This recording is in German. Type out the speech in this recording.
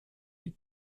die